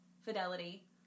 fidelity